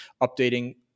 updating